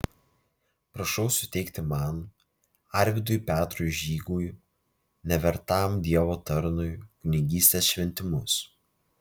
prašau suteikti man arvydui petrui žygui nevertam dievo tarnui kunigystės šventimus